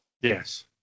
Yes